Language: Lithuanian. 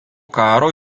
karo